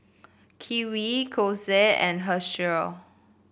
Kiwi Xorex and Herschel